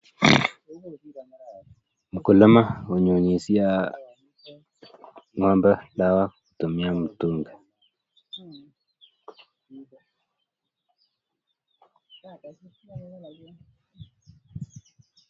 Mkulima hunyunyizia ng'ombe dawa kutumia mtungi.